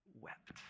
wept